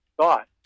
thought